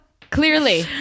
Clearly